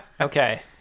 Okay